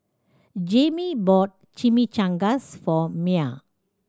Jamey bought Chimichangas for Myah